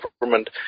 government